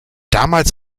damals